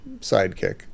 sidekick